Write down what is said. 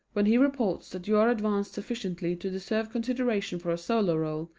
when he reports that you are advanced sufficiently to deserve consideration for a solo role,